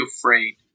afraid